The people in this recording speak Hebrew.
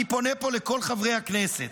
אני פונה פה לכל חברי הכנסת: